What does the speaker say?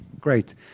Great